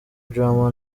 drama